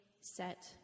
set